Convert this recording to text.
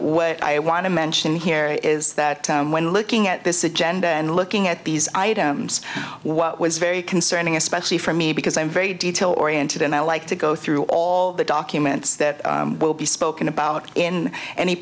what i want to mention here is that when looking at this agenda and looking at these items what was very concerning especially for me because i'm very detail oriented and i like to go through all the documents that will be spoken about in any